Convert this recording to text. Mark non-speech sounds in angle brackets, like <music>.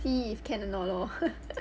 see if can or not lor <laughs>